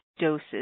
doses